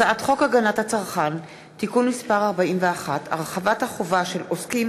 הצעת חוק הגנת הצרכן (תיקון מס' 41) (הרחבת החובה של עוסקים